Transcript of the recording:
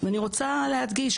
אני רוצה להדגיש,